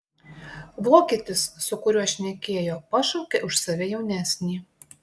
vokietis su kuriuo šnekėjo pašaukė už save jaunesnį